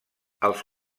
els